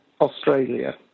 Australia